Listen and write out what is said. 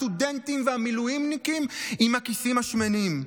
הסטודנטים והמילואימניקים עם הכיסים השמנים,